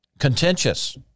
Contentious